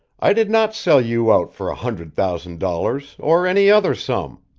i did not sell you out for a hundred thousand dollars or any other sum.